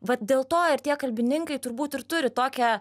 vat dėl to ir tie kalbininkai turbūt ir turi tokią